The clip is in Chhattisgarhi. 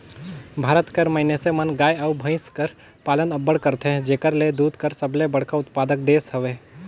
भारत कर मइनसे मन गाय अउ भंइस कर पालन अब्बड़ करथे जेकर ले दूद कर सबले बड़खा उत्पादक देस हवे